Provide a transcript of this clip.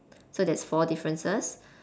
so that's four differences